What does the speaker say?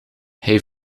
hij